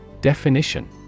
Definition